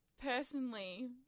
personally